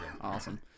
awesome